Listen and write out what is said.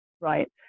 right